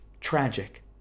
Tragic